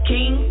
King